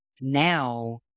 Now